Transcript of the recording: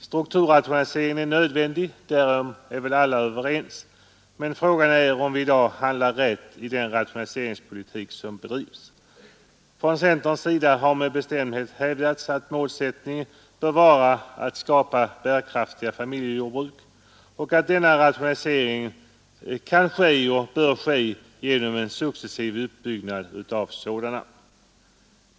Strukturrationaliseringen är nödvändig, därom är väl alla överens. Men frågan är nu om vi i dag handlar rätt i den rationaliseringspolitik som bedrivs. Från centerns sida har med bestämdhet hävdats att målsättningen bör vara att skapa bärkraftiga familjejordbruk och att denna rationalisering kan och bör ske genom en successiv uppbyggnad av sådana.